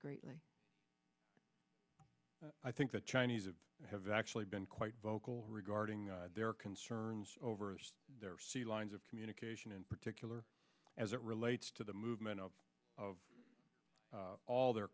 greatly i think the chinese have actually been quite vocal regarding their concerns over their sea lines of communication in particular as it relates to the movement of of all their